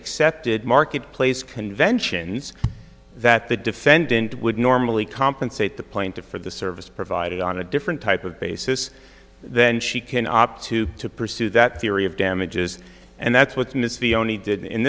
accepted market place conventions that the defendant would normally compensate the plaintiff for the service provided on a different type of basis then she can opt to to pursue that theory of damages and that's what miss vi only did